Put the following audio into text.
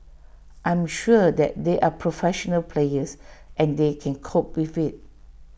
I am sure that they are professional players and they can cope with IT